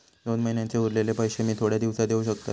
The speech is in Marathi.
दोन महिन्यांचे उरलेले पैशे मी थोड्या दिवसा देव शकतय?